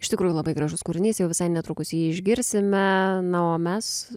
iš tikrųjų labai gražus kūrinys jau visai netrukus jį išgirsime na o mes